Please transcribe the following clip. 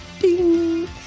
ding